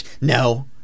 No